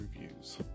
reviews